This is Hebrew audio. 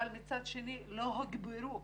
אבל מצד שני לא הוגברו.